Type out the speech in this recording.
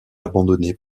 abandonnée